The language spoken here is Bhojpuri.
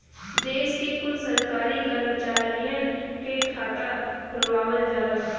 देश के कुल सरकारी करमचारियन क खाता खुलवावल जाला